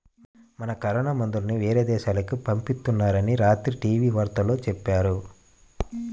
మన కరోనా మందుల్ని యేరే దేశాలకు పంపిత్తున్నారని రాత్రి టీవీ వార్తల్లో చెప్పారు